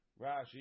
Rashi